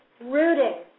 Rooting